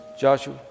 Joshua